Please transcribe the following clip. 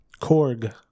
Korg